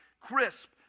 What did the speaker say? crisp